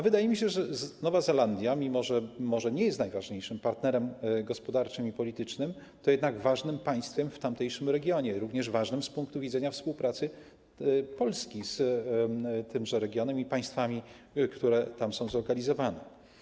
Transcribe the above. Wydaje mi się, że Nowa Zelandia, mimo że może nie jest najważniejszym partnerem gospodarczym i politycznym, to jednak jest ważnym państwem w tamtejszym regionie, również ważnym z punktu widzenia współpracy Polski z tymże regionem i państwami, które tam są zlokalizowane.